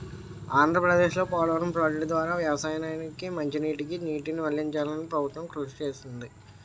ఆంధ్రప్రదేశ్లో పోలవరం ప్రాజెక్టు ద్వారా వ్యవసాయానికి మంచినీటికి నీటిని మళ్ళించాలని ప్రభుత్వం కృషి చేస్తుంది